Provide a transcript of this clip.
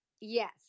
yes